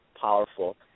powerful